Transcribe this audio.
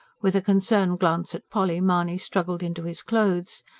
with a concerned glance at polly mahony struggled into his clothes.